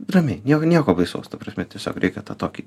ramiai nieko baisaus ta prasme tiesiog reikia tą tokį